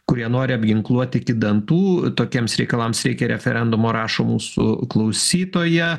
kurie nori apginkluoti iki dantų tokiems reikalams reikia referendumo rašo mūsų klausytoja